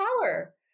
power